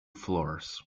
floors